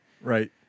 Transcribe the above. right